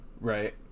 Right